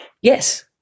yes